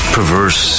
perverse